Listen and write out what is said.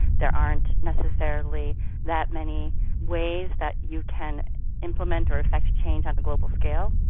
there aren't necessarily that many ways that you can implement or affect change on the global scale.